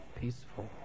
peaceful